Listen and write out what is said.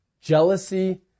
jealousy